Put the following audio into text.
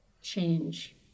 change